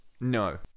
No